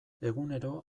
egunero